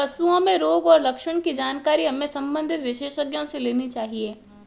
पशुओं में रोग और लक्षण की जानकारी हमें संबंधित विशेषज्ञों से लेनी चाहिए